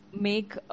make